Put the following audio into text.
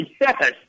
Yes